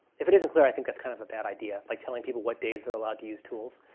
if it isn't clear, i think that's kind of a bad idea, like telling people what days they're allowed to use tools.